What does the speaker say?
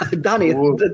Danny